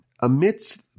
amidst